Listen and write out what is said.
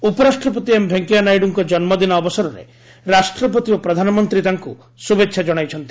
VP ଉପରାଷ୍ଟ୍ରପତି M Venkaiah ନାଇଡ୍କୁ ଜନ୍ମଦିନ ଅବସରରେ ରାଷ୍ଟ୍ରପତି ଓ ପ୍ରଧାନମନ୍ତ୍ରୀ ତାଙ୍କୁ ଶୁଭେଛା ଜଣାଇଛନ୍ତି